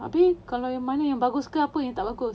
abeh kalau mana yang bagus ke apa yang tak bagus